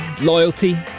loyalty